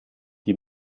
die